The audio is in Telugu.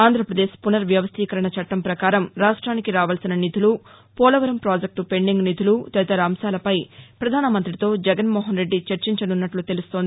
ఆంధ్రప్రదేశ్ పునర్వవ్వీకరణ చట్టం ప్రకారం రాష్ట్రానికి రావలసిన నిధులు పోలవరం పాజెక్టు పెండింగ్ నిధులు తదితర అంశాలపై పధాన మంతితో జగన్నోహన్రెడ్డి చర్చించనున్నట్లు తెలుస్తోంది